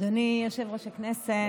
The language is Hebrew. אדוני יושב-ראש הכנסת,